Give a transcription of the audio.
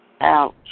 Ouch